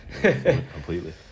Completely